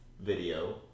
video